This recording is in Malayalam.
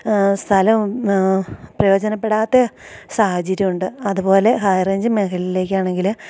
സ്ഥലം പ്രയോജനപ്പെടാത്ത സാഹചര്യമുണ്ട് അതു പോലെ ഹൈ റേഞ്ച് മേഖലയിലേക്കാണെങ്കിൽ